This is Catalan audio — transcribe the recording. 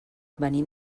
venim